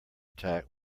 attack